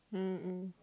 mm mm